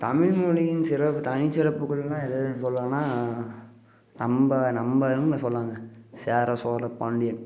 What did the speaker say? தமிழ் மொழியின் சிறப்பு தனிச்சிறப்புகள்னா எதெதுன்னு சொல்லாம்னா நம்ம நம்மதான்னு சொல்லலாங்க சேர சோழ பாண்டியன்